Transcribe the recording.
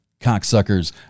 cocksuckers